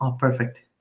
ah perfect,